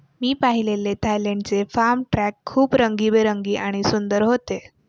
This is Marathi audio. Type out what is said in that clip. मी पाहिलेले थायलंडचे फार्म ट्रक खूप रंगीबेरंगी आणि सुंदर होते